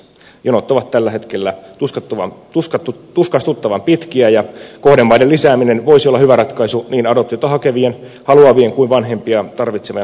jonot ovat tällä hetkellä tuskastuttavan pitkiä ja kohdemaiden lisääminen voisi olla hyvä ratkaisu niin adoptiota haluavien kuin vanhempia tarvitsevien lastenkin kannalta